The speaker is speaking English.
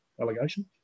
allegation